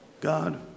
God